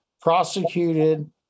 prosecuted